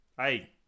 Hey